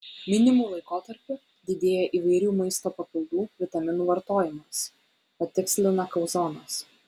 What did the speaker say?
minimu laikotarpiu didėja įvairių maisto papildų vitaminų vartojimas patikslina kauzonas